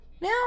now